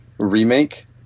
remake